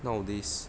nowadays